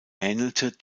ähnelte